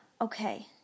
okay